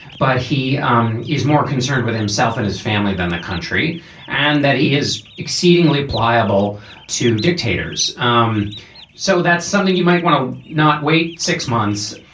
but he um is more concerned with himself and his family than the country and that he is exceedingly pliable to dictators. um so that's something you might want to not wait six months